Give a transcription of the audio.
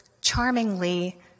charmingly